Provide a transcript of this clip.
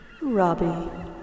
Robbie